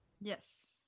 yes